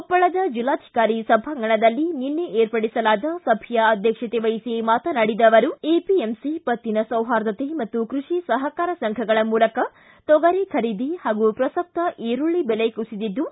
ಕೊಪ್ಪಳದ ಜಿಲ್ಲಾಧಿಕಾರಿ ಸಭಾಂಗಣದಲ್ಲಿ ನಿನ್ನೆ ಏರ್ಪಡಿಸಲಾದ ಸಭೆಯ ಅಧ್ವಕ್ಷತೆ ವಹಿಸಿ ಮಾತನಾಡಿದ ಅವರು ಎಪಿಎಂಸಿ ಪತ್ತಿನ ಸೌಹಾರ್ದತೆ ಮತ್ತು ಕೃಷಿ ಸಹಕಾರ ಸಂಘಗಳ ಮೂಲಕ ತೊಗರಿ ಖರೀದಿ ಹಾಗೂ ಪ್ರಸಕ್ತ ಈರುಳ್ಳ ಬೆಲೆ ಕುಸಿದಿದ್ದು